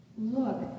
Look